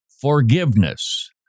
forgiveness